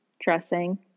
dressing